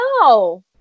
no